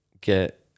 get